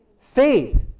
Faith